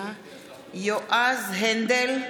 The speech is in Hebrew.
יועז הנדל,